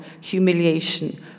humiliation